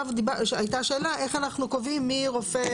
הייתה שאלה איך אנחנו קובעים מי רופא